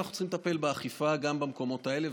אנחנו רוצים לטפל באכיפה גם במקומות האלה.